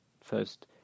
first